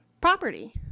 property